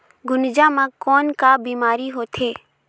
गुनजा मा कौन का बीमारी होथे?